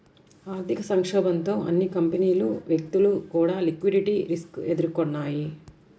ఆర్థిక సంక్షోభంతో అన్ని కంపెనీలు, వ్యక్తులు కూడా లిక్విడిటీ రిస్క్ ఎదుర్కొన్నయ్యి